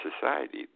society